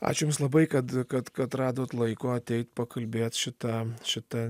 ačiū jums labai kad kad kad radot laiko ateit pakalbėt šita šita